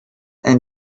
and